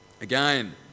Again